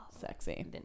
sexy